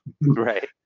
right